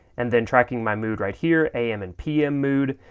and then tracking my mood right here, a m. and p m. mood,